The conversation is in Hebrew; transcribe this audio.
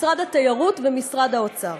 משרד התיירות ומשרד האוצר.